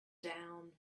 down